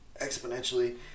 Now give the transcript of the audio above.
exponentially